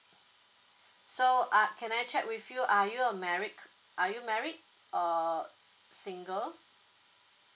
so uh can I check with you are you a married are you married or single